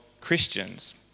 Christians